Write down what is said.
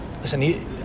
listen